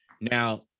Now